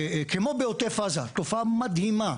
כמו בעוטף עזה תופעה מדהימה,